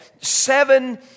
seven